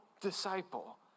disciple